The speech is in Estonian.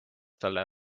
talle